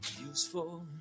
Useful